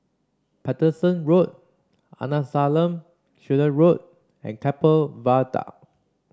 Paterson Road Arnasalam Chetty Road and Keppel Viaduct